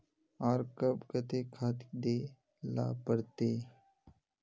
आर कब केते खाद दे ला पड़तऐ?